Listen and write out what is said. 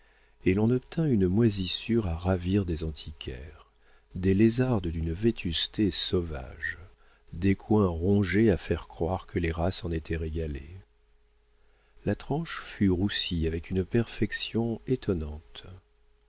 et l'on obtint une moisissure à ravir des antiquaires des lézardes d'une vétusté sauvage des coins rongés à faire croire que les rats s'en étaient régalés la tranche fut roussie avec une perfection étonnante